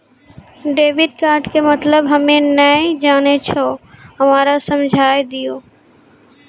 Debit card के मतलब हम्मे नैय जानै छौ हमरा समझाय दियौ?